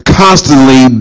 constantly